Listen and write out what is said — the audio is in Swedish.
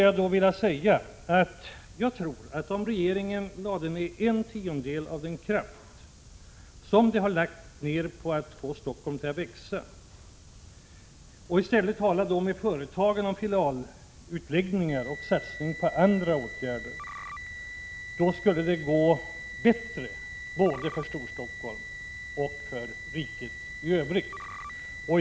Jag tror att om regeringen lade ned en tiondel av den kraft som man har lagt ned på att få Stockholm att växa på att i stället tala med företagen om filialutveckling och satsning på andra åtgärder, så skulle det gå bättre både för Storstockholm och för riket i övrigt.